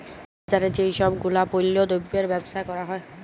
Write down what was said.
বাজারে যেই সব গুলাপল্য দ্রব্যের বেবসা ক্যরা হ্যয়